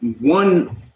one